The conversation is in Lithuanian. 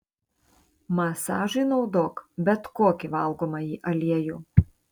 masažui naudok bet kokį valgomąjį aliejų